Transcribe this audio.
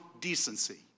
decency